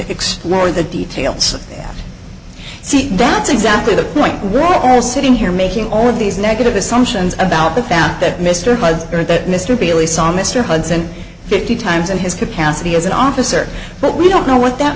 explore the details see that's exactly the point we're all sitting here making all of these negative assumptions about the fount that mr baez or that mr bailey saw mr hudson fifty times in his capacity as an officer but we don't know what that